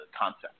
concept